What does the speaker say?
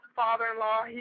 father-in-law